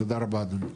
תודה רבה אדוני.